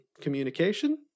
communication